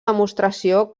demostració